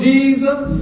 Jesus